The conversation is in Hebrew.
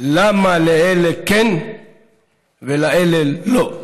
למה לאלה כן ולאלה לא?